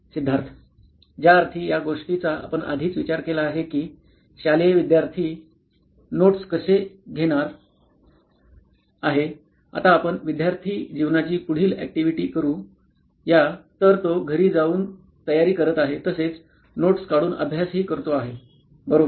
सिद्धार्थज्याअर्थी या गोष्टीचा आपण आधीच विचार केला आहे कि शालेय विद्यार्थी नोट्स कसा घेणार आहे आता आपण विद्यार्थी जीवनाची पुढील ऍक्टिव्हिटी करू या तर तो घरी जाऊन तयारी करत आहे तसेच नोट्स काढून अभ्यास हि करतो आहे बरोबर